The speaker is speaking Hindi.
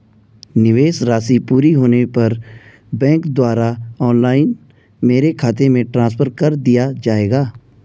निवेश राशि पूरी होने पर बैंक द्वारा ऑनलाइन मेरे खाते में ट्रांसफर कर दिया जाएगा?